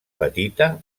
petita